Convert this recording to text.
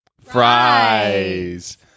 Fries